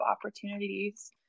opportunities